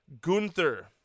Gunther